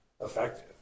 effective